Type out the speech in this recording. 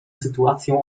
sytuacją